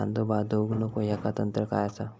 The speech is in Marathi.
कांदो बाद होऊक नको ह्याका तंत्र काय असा?